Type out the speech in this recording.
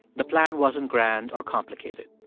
the plan wasn't grand or complicated.